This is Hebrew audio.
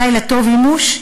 לילה טוב, אימוש,